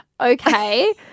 Okay